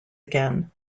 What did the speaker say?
again